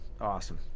Awesome